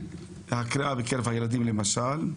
הקריאה בקרב הילדים למשל,